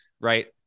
right